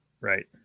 Right